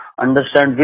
understand